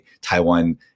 Taiwan